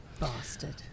bastard